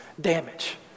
damage